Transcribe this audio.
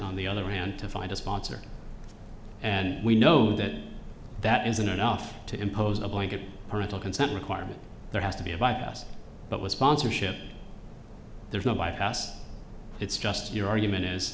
on the other hand to find a sponsor and we know that that isn't enough to impose a blanket hereto consent requirement there has to be a bypass but with sponsorship there's no bypass it's just your argument